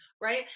right